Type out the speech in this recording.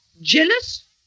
Jealous